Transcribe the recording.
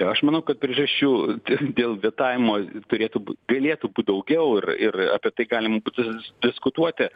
aš manau kad priežasčių dėl vetavimo turėtų galėtų būt daugiau ir ir apie tai galima būtų diskutuoti